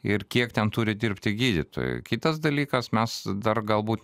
ir kiek ten turi dirbti gydytojų kitas dalykas mes dar galbūt